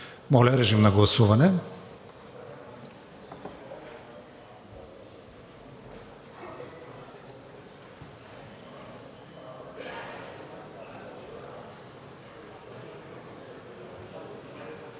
Моля, режим на гласуване.